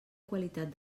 qualitat